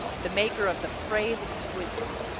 the maker of the phrase exquisite.